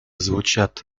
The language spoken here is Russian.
звучат